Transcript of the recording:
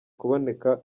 kuboneka